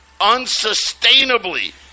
unsustainably